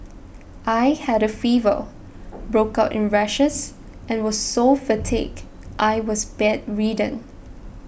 I had a fever broke out in rashes and was so fatigued I was bedridden